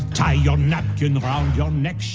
tie your napkin round your neck, cherie.